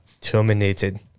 Terminated